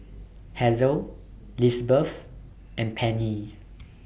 Hazle Lizbeth and Penni